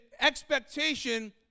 expectation